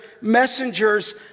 messengers